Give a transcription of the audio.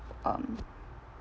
um